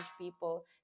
people